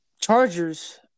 Chargers